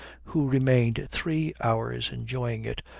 who remained three hours enjoying it,